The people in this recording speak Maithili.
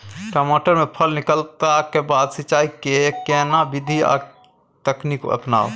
टमाटर में फल निकलला के बाद सिंचाई के केना विधी आर तकनीक अपनाऊ?